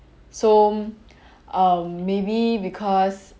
so um maybe because